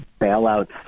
bailouts